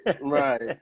Right